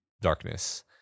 darkness